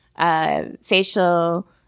Facial